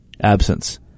absence